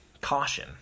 caution